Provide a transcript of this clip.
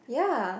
ya